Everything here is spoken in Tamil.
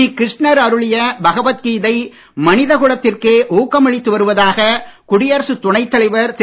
ஸ்ரீகிருஷ்ணர் அருளிய பகவத் கீதை மனித குலத்திற்கே ஊக்கமளித்து வருவதாக குடியரசுத் துணைத்தலைவர் திரு